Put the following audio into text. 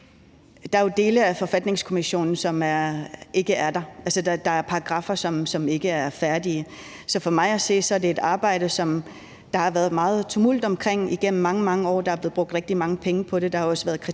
der jo er dele af Forfatningskommissionen, som ikke er der. Altså, der er paragraffer, som ikke er færdige. Så for mig at se er det et arbejde, som der har været meget tumult omkring igennem mange, mange år. Der er blevet brugt rigtig mange penge på det. Der har også været kritik